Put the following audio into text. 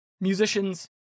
musicians